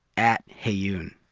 at heyoon.